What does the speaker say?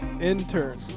Intern